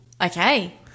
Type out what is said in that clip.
Okay